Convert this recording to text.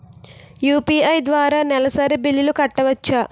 UPI ద్వారా నెలసరి బిల్లులు కట్టవచ్చా?